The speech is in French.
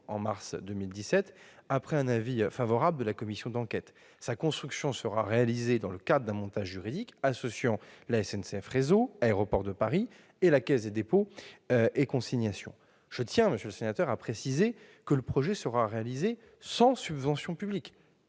en mars 2017 après un avis favorable de la commission d'enquête. Sa construction sera réalisée dans le cadre d'un montage juridique associant SNCF Réseau, Aéroports de Paris et la Caisse des dépôts et consignations. Je tiens, monsieur le sénateur, à vous préciser que le projet sera réalisé sans subventions publiques.